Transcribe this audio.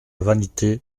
vanité